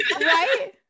Right